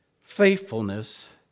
faithfulness